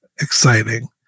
exciting